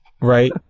right